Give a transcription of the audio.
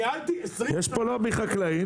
ניהלתי 20 שנה --- יש פה לובי חקלאי,